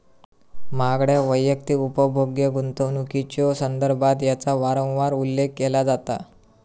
महागड्या वैयक्तिक उपभोग्य गुंतवणुकीच्यो संदर्भात याचा वारंवार उल्लेख केला जाता